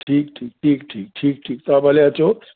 ठीकु ठीकु ठीकु ठीकु तव्हां भले अचो